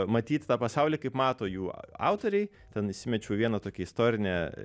matyti tą pasaulį kaip mato jų autoriai ten įsimečiau vieną tokią istorinę